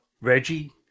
Reggie